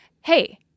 hey